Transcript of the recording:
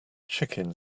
chicken